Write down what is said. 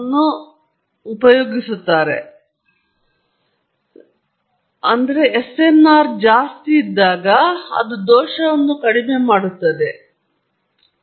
ಬೇರೆ ರೀತಿಯಲ್ಲಿ ಹೇಳುವುದಾದರೆ ನಾವು ಸ್ಥಿರ ಸ್ಥಿತಿಯ ಪ್ರಕರಣದಲ್ಲಿ ಈಗ ಹೊಂದಿದ್ದ ಅದೇ ಕಥೆಯನ್ನು ಹಿಂತಿರುಗಿ ಈಗ ಯುಕೆ 1 ಮೈನಸ್ 1 ಯುಕೆ 1 ಮೈನಸ್ 2 ಮತ್ತು ಯುಕೆ 1 ಮೈನಸ್ 3 ಅನ್ನು ಮೊದಲ ಸಾಲಿನಲ್ಲಿ ಮತ್ತು ಇನ್ನೂ ಇನ್ಪುಟ್ ಒಂದು ಏಕೈಕ ಆವರ್ತನದ ಸೈನ್ ತರಂಗವಾಗಿದ್ದಾಗ ಏಕಮಾತ್ರವಾಗಿ ಉಳಿದಿರುವ ಎರಡು ಸಾಲುಗಳು